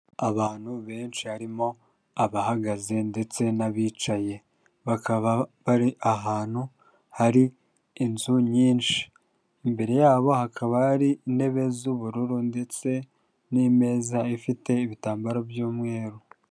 Abantu benshi harimo abahagaze ndetse n'abicaye, bakaba bari ahantu hari inzu nyinshi, imbere yabo hakaba hari intebe z'ubururu ndetse n'imeza ifite ibitambaro by'umweru.